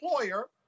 employer